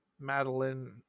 Madeline